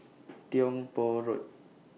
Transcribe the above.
Tiong Poh Road